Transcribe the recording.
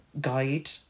guide